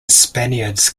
spaniards